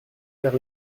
vers